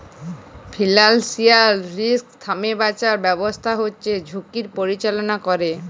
financial risk থ্যাকে বাঁচার ব্যাবস্থাপনা হচ্যে ঝুঁকির পরিচাললা ক্যরে